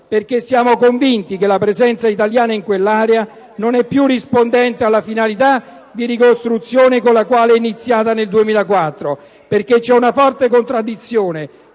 infatti convinti che la presenza italiana in quell'area non è più rispondente alla finalità di ricostruzione con la quale la missione è iniziata nel 2004. C'è infatti una forte contraddizione